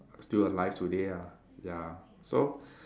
still alive today ah ya so